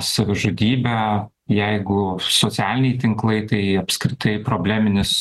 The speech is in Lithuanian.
savižudybę jeigu socialiniai tinklai tai apskritai probleminis